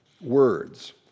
words